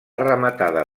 rematada